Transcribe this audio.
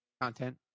content